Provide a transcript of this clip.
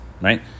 right